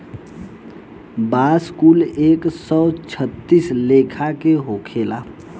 बांस कुल एक सौ छत्तीस लेखा के होखेला